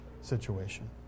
situation